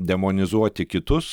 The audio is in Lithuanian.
demonizuoti kitus